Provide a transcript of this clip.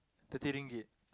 thirty ringgit